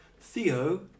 Theo